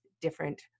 different